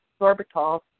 sorbitol